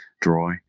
dry